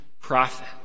prophet